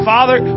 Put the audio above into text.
Father